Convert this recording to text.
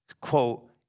quote